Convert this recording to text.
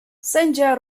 sędzia